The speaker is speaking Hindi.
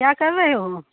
क्या कर रहे हो